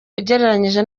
ugereranyije